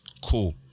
Cool